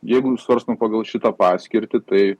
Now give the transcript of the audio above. jeigu jau svarstom pagal šitą paskirtį tai